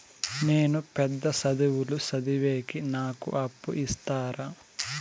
నేను పెద్ద చదువులు చదివేకి నాకు అప్పు ఇస్తారా